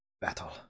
battle